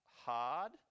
hard